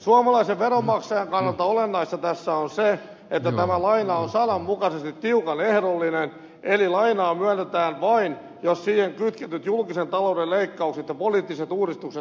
suomalaisen veronmaksajan kannalta olennaista tässä on se että tämä laina on sananmukaisesti tiukan ehdollinen eli lainaa myönnetään vain jos siihen kytketyt julkisen talouden leikkaukset ja poliittiset uudistukset toteutuvat ajallaan